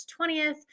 20th